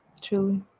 Truly